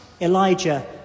Elijah